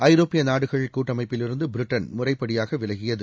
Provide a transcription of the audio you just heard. ஐரோப்பிய நாடுகள் கூட்டமைப்பிலிருந்து பிரிட்டன் முறைப்படியாக விலகியது